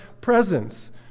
presence